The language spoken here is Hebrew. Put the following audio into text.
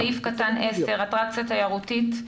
סעיף קטן (10) אטרקציה תיירותית,